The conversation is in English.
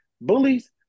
Bullies